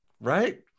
Right